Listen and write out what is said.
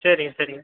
சரிங்க சரிங்க